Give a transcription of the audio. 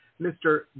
Mr